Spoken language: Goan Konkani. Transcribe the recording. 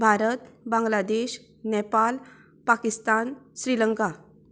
भारत बांगलादेश नेपाल पाकिस्तान श्रीलंका